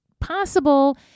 possible